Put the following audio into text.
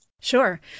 Sure